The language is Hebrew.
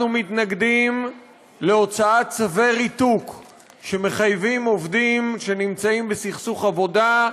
אנחנו מתנגדים להוצאת צווי ריתוק שמחייבים עובדים שנמצאים בסכסוך עבודה,